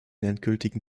endgültigen